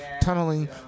tunneling